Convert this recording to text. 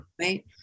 Right